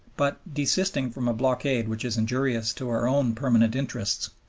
but, desisting from a blockade which is injurious to our own permanent interests,